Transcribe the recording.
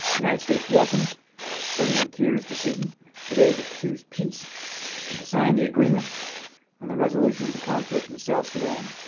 united states welcomes president kiir's decision today to choose peace and to sign the agreement on the resolution of the conflict in south sudan,